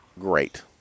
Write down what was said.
great